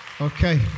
Okay